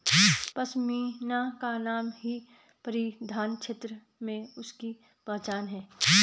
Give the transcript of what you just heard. पशमीना का नाम ही परिधान क्षेत्र में उसकी पहचान है